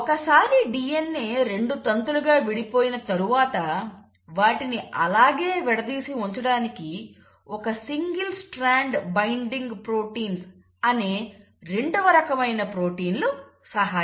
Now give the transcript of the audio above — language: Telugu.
ఒకసారి DNA రెండు తంతులు గా విడిపోయిన తరువాత వాటిని అలాగే విడదీసి ఉంచడానికి సింగిల్ స్ట్రాండ్ బైండింగ్ ప్రోటీన్స్ అనే రెండవ రకమైన ప్రోటీన్లు సహాయపడతాయి